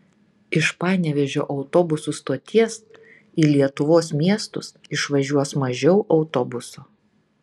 iš panevėžio autobusų stoties į lietuvos miestus išvažiuos mažiau autobusų